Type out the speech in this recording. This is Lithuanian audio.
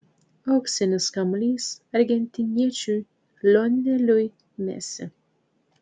auksinis kamuolys argentiniečiui lioneliui messi